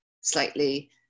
slightly